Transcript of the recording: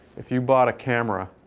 if you bought a camera,